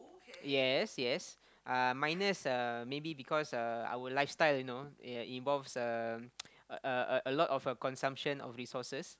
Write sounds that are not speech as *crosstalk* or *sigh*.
yes yes uh minus uh maybe because uh our lifestyle you know ya involves um *noise* a a a lot of consumption of resources